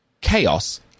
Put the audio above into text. chaos